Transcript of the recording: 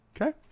Okay